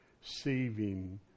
saving